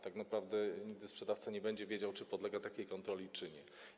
Tak naprawdę nigdy sprzedawca nie będzie wiedział, czy podlega takiej kontroli, czy nie.